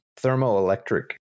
thermoelectric